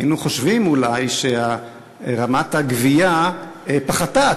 היינו חושבים אולי שהגבייה פחתה,